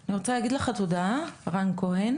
אני רוצה להגיד לך תודה, רן כהן,